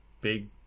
big